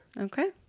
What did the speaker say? Okay